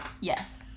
Yes